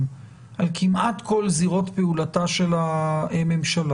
על כמעט כל זירות פעולתה של הממשלה.